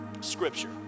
scripture